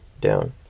down